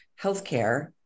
healthcare